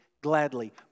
gladly